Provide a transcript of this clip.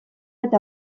eta